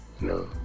No